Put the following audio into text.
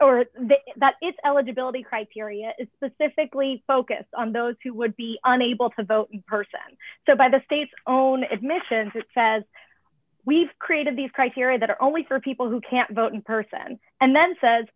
or that it's eligibility criteria specifically focused on those who would be unable to vote person so by the state's own admissions it says we've created these criteria that are only for people who can't vote in person and then says